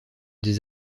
des